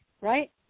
right